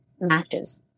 matches